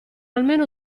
almeno